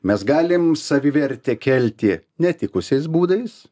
mes galim savivertę kelti netikusiais būdais